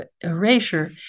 erasure